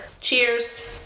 cheers